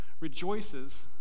rejoices